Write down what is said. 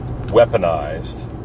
weaponized